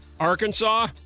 Arkansas